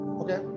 okay